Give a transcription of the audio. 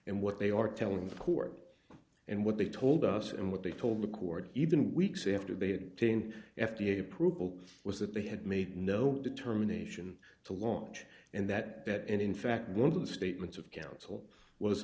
and what they are telling the court and what they told us and what they told the court even weeks after they had been f d a approval was that they had made no determination to launch and that that and in fact one of the statements of counsel was